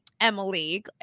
Emily